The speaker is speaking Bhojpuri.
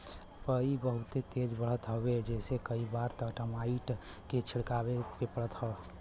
पई बहुते तेज बढ़त हवे जेसे कई बार त टर्माइट के छिड़कवावे के पड़त हौ